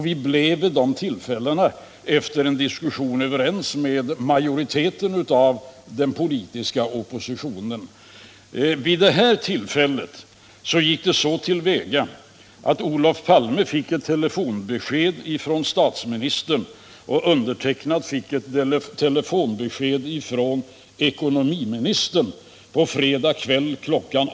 Vi blev vid de tillfällena efter diskussion överens med majoriteten av den politiska oppositionen. Vid den senaste devalveringen gick det så till att Olof Palme fick ett telefonbesked från statsministern, och jag fick ett telefonbesked från ekonomiministern — på fredag kväll kl.